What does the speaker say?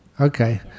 Okay